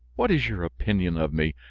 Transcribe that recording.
what is your opinion of me?